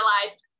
realized